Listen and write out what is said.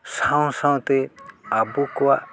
ᱥᱟᱶᱼᱥᱟᱶᱛᱮ ᱟᱵᱚ ᱠᱚᱣᱟᱜ